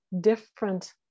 different